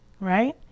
Right